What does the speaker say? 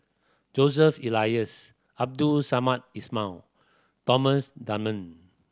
Joseph Elias Abdul Samad Ismail Thomas Dunman